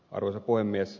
arvoisa puhemies